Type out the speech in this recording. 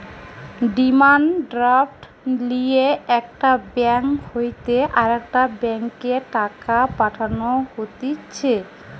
demand draft লিয়ে একটা bank হইতে আরেকটা ব্যাংকে টাকা পাঠানো হতিছে